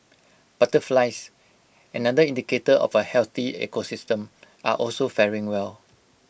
butterflies another indicator of A healthy ecosystem are also faring well